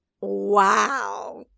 Wow